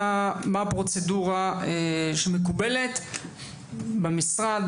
ומה הפרוצדורה שמקובלת במשרד,